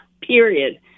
period